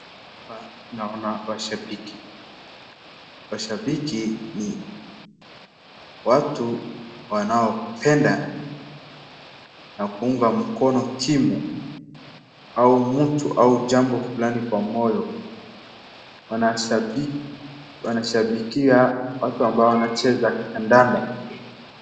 Hapa naona washabiki, washabiki ni watu wanaopenda na kuunga mkono timu au mtu au jambo fulani kwa moyo. Wanashabikia watu ambao wanacheza kandanda.